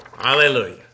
Hallelujah